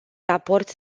raport